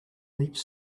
beach